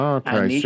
okay